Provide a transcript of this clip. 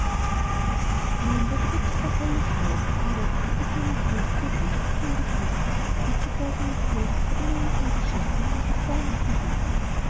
nun war die gute frau holle froh denn jetzt hatte sie einen knecht für ihr christkindchen gefunden und zugleich einen gehilfen für die menge von geschäften die es auf weihnachten gibt